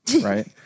Right